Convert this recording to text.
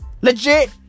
Legit